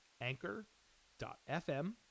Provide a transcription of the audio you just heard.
anchor.fm